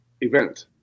event